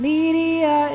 Media